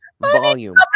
Volume